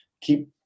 keep